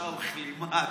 בושה וכלימה.